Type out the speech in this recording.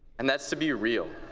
and that's to be real.